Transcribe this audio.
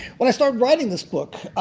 when i started writing this book,